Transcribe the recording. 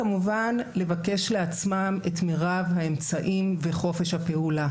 הוא כמובן לבקש לעצמם את מרב האמצעים וחופש הפעולה.